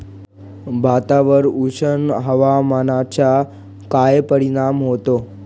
भातावर उष्ण हवामानाचा काय परिणाम होतो?